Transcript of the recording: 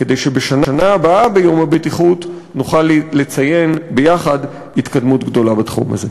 כדי שבשנה הבאה ביום הבטיחות נוכל לציין יחד התקדמות גדולה בתחום הזה.